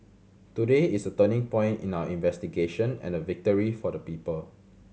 today is a turning point in our investigation and a victory for the people